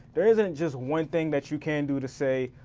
there isn't and just one thing that you can do to say,